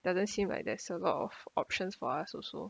doesn't seem like there's a lot of options for us also